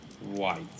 White